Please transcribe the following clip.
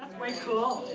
way cool.